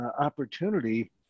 opportunity